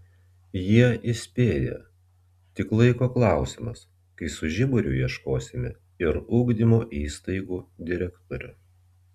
jie įspėja tik laiko klausimas kai su žiburiu ieškosime ir ugdymo įstaigų direktorių